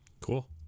Cool